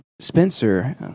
Spencer